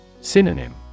Synonym